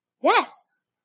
Yes